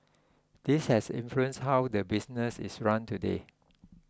this has influenced how the business is run today